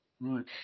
right